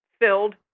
filled